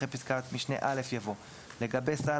אחרי פסקת משנה (א) יבוא: "(א1) לגבי סל